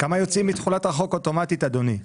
כמה יוצאים מתחולת החוק אוטומטית, אדוני,